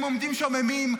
הם עומדים שוממים,